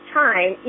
time